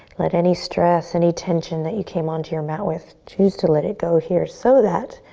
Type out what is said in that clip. let any stress, any tension that you came onto your mat with, choose to let it go here so that